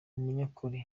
umunyakuri